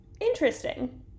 Interesting